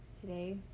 today